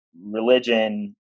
religion